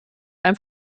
einem